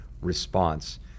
Response